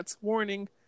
warning